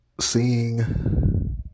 Seeing